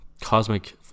cosmic